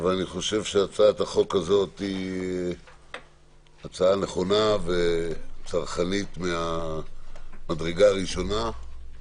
אבל אני חושב שהצעת החוק הזו היא הצעה נכונה וצרכנית מהמדרגה הראשונה.